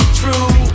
true